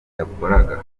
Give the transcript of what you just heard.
yakoraga